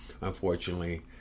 unfortunately